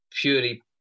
purely